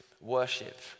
worship